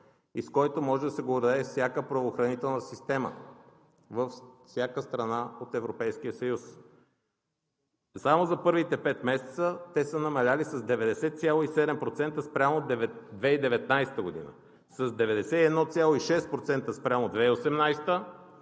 и с който може да се гордее всяка правоохранителна система във всяка страна от Европейския съюз. Само за първите пет месеца те са намалели с 90,7% спрямо 2019 г., с 91,6% спрямо 2018 г. и